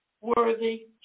worthy